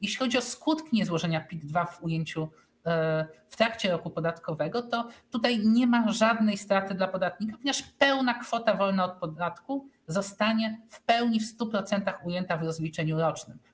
Jeśli chodzi o skutki niezłożenia PIT-2 w trakcie roku podatkowego, to tutaj nie ma żadnej straty dla podatnika, ponieważ pełna kwota wolna od podatku zostanie w 100% ujęta w rozliczeniu rocznym.